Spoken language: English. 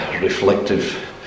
reflective